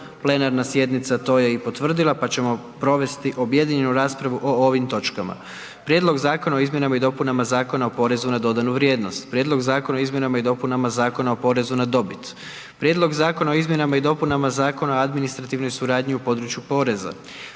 plenarna sjednica to je i potvrdila, pa ćemo provesti objedinjenu raspravu o ovim točkama. Prijedlog Zakona o izmjenama i dopunama Zakona o poreznu na dodanu vrijednost, Prijedlog Zakona o izmjenama i dopunama Zakona o porezu na dobit, Prijedlog Zakona o izmjenama i dopunama Zakona o administrativnoj suradnji u području poreza,